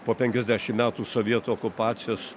po penkiasdešimt metų sovietų okupacijos